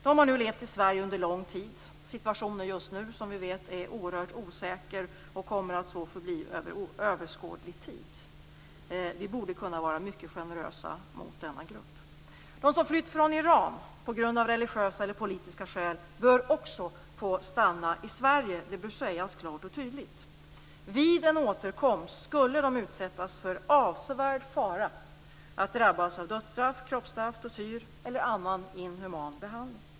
De har nu levt i Sverige under lång tid, och situationen i Kosovo ter sig mycket osäker under överskådlig tid. Vi borde kunna vara mycket generösa mot denna grupp. De som flytt från Iran av religiösa eller politiska skäl bör också få stanna i Sverige - det bör sägas klart och tydligt. Vid en återkomst skulle de utsättas för avsevärd fara att drabbas av dödsstraff, kroppsstraff, tortyr eller annan inhuman behandling.